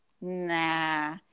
nah